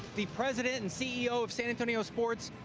the president and ceo of san antonio sports.